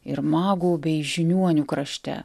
ir magų bei žiniuonių krašte